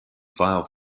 file